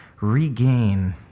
regain